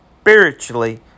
spiritually